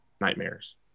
nightmares